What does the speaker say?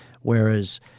Whereas